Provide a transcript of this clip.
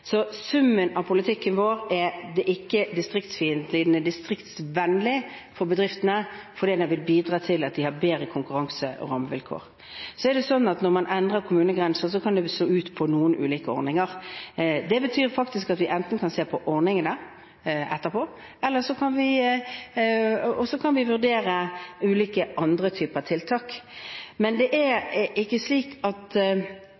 Så summen av politikken vår er ikke distriktsfiendtlig, den er distriktsvennlig for bedriftene, for den vil bidra til at de har bedre konkurranse- og rammevilkår. Når man endrer kommunegrenser, kan det slå ut på noen ulike ordninger. Det betyr faktisk at vi kan se på ordningene etterpå og så vurdere ulike andre typer tiltak. Jeg kan